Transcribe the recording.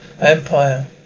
empire